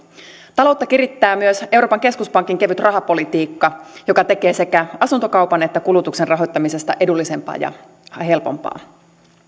taloutta kirittää myös euroopan keskuspankin kevyt rahapolitiikka joka tekee sekä asuntokaupan että kulutuksen rahoittamisesta edullisempaa ja helpompaa